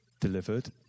delivered